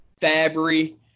Fabry